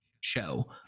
show